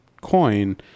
coin